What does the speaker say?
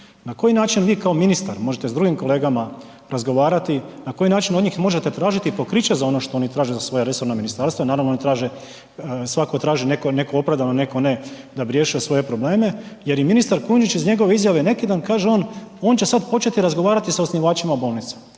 na koji način vi kao ministar možete sa drugim kolegama razgovarati, na koji način od njih možete tražiti pokriće za ono što oni traže za svoja resorna ministarstva i naravno oni traže, svatko traži, netko opravdano, netko ne, da bi riješio svoje probleme. Jer i ministar Kujundžić, iz njegove izjave neki dan, kaže on, on će sad početi razgovarati sa osnivačima bolnica.